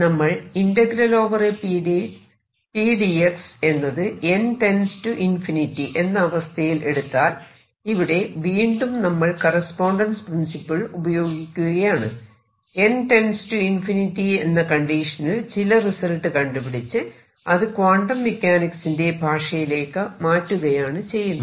നമ്മൾ ∮pdx എന്നത് n→ ∞ എന്ന അവസ്ഥയിൽ എടുത്താൽ ഇവിടെ വീണ്ടും നമ്മൾ കറസ്പോണ്ടൻസ് പ്രിൻസിപ്പിൾ ഉപയോഗിക്കുകയാണ് n→ ∞ എന്ന കണ്ടീഷനിൽ ചില റിസൾട്ട് കണ്ടുപിടിച്ച് അത് ക്വാണ്ടം മെക്കാനിക്സിന്റെ ഭാഷയിലേക്ക് മാറ്റുകയാണ് ചെയ്യുന്നത്